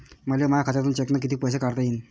मले माया खात्यातून चेकनं कितीक पैसे काढता येईन?